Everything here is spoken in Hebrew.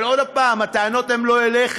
אבל עוד הפעם, הטענות הן לא אליך.